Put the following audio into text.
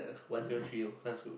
one zero three O class group